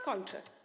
Kończę.